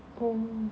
oh